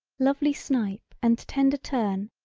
lovely snipe and tender turn,